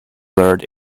blurred